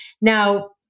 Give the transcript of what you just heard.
Now